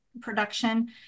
production